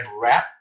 wrap